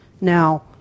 Now